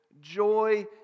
joy